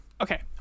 okay